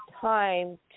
time